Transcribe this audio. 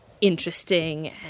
interesting